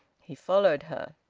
he followed her.